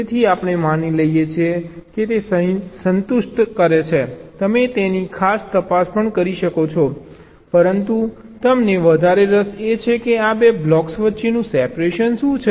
તેથી આપણે માની લઈએ છીએ કે તે સંતુષ્ટ છે તમે તેની ખાસ તપાસ પણ કરી શકો છો પરંતુ અમને વધારે રસ એ છે કે આ બે બ્લોક્સ વચ્ચેનું સેપરેશન શું છે